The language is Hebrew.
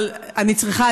אבל אני צריכה,